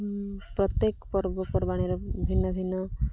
ପ୍ରତ୍ୟେକ ପର୍ବପର୍ବାଣିର ଭିନ୍ନ ଭିନ୍ନ